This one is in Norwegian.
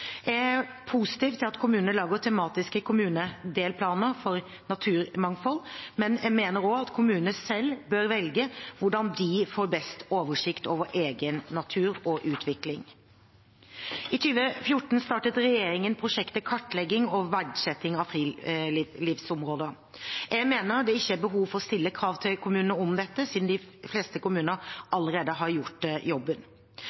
Jeg er positiv til at kommunene lager tematiske kommunedelplaner for naturmangfold, men jeg mener også at kommunene selv bør velge hvordan de får best oversikt over egen natur og utvikling. I 2014 startet regjeringen prosjektet Kartlegging og verdsetting av friluftslivsområder. Jeg mener det ikke er behov for å stille krav til kommunene om dette, siden de fleste kommuner allerede har gjort jobben.